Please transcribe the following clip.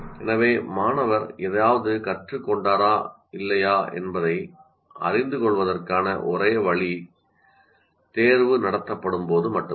எனவே மாணவர் ஏதாவது கற்றுக் கொண்டாரா இல்லையா என்பதை அறிந்து கொள்வதற்கான ஒரே வழி தேர்வு நடத்தப்படும்போது மட்டுமே